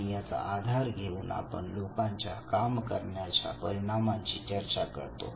आणि याचा आधार घेऊन आपण लोकांच्या काम करण्याच्या परिणामांची चर्चा करतो